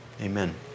Amen